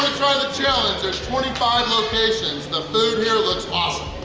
try the challenge there's twenty five locations, the food here looks awesome!